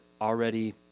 already